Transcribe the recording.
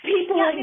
People